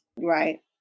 Right